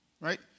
right